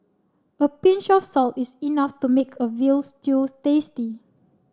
a pinch of salt is enough to make a veal stew tasty